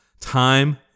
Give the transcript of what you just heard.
Time